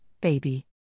baby